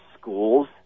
schools